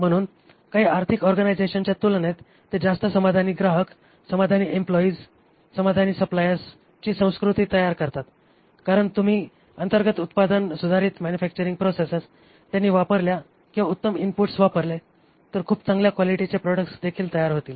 म्हणून काही स्थानिक ऑर्गनायझेशनच्या तुलनेत ते जास्त समाधानी ग्राहक समाधानी एम्प्लॉईजची समाधानी सप्लायर्सची संस्कृती तयार करतात कारण तुम्ही अंतर्गत उत्पादन सुधारित मॅन्युफॅक्चचारिंग प्रोसेसेस त्यांनी वापरल्या किंवा उत्तम इनपुट्स वापरले तर खूप चांगल्या क्वालिटीचे प्रॉडक्ट्सदेखील तयार होतील